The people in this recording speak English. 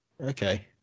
okay